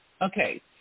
okay